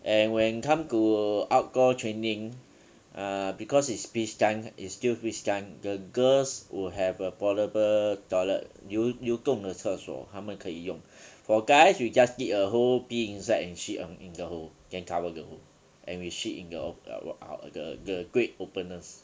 and when come to outdoor training err because it's peace time it's still peace time the girls would have a portable toilet 有流动的厕所她们可以用 for guys you just dig a hole pee inside and shit on in the hole then cover te hole and we shit in the op~ ou~ the great openness